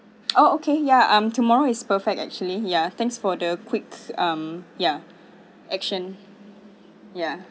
oh okay ya um tomorrow is perfect actually ya thanks for the quicks um ya action ya